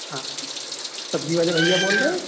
ہاں سبزی والے بھیا بول رہے